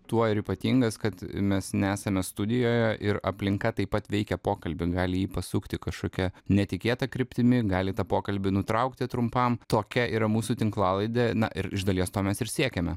tuo ir ypatingas kad mes nesame studijoje ir aplinka taip pat veikia pokalbį gali jį pasukti kažkokia netikėta kryptimi gali tą pokalbį nutraukti trumpam tokia yra mūsų tinklalaidė na ir iš dalies to mes ir siekiame